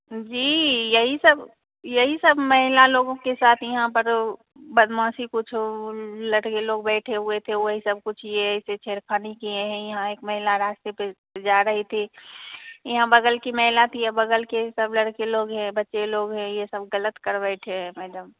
जी यही सब यही सब महिला लोगों के साथ यहाँ पर बदमाशी कुछ ओ लड़के लोग बैठे हुए थे वही सब कुछ ये ऐसे छेड़खानी किए हैं यहाँ एक महिला रास्ते पे जा रही थी यहाँ बगल की महिला थी ये बगल के सब लड़के लोग हैं ये बच्चे लोग हैं ये सब गलत कर बैठे हैं मएडम